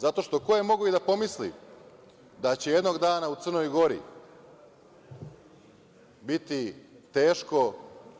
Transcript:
Zato što, ko je mogao i da pomisli da će jednog dana u Crnoj Gori biti teško